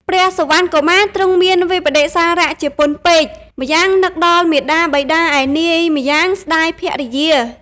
ព្រះសុវណ្ណកុមារទ្រង់មានវិប្បដិសារៈជាពន់ពេក ម្យ៉ាងនឹកដល់មាតាបិតាឯនាយ ម្យ៉ាងស្តាយភរិយា។